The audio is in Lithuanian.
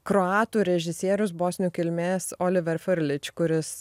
kroatų režisierius bosnių kilmės oiver frljič kuris